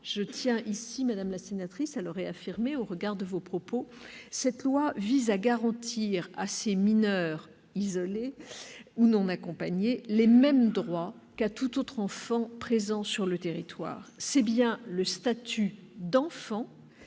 une loi, je tiens à le réaffirmer au regard de vos propos, madame la sénatrice, qui vise à garantir à ces mineurs isolés, ou non accompagnés, les mêmes droits qu'à tout autre enfant présent sur le territoire. C'est bien le statut d'enfant